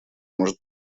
может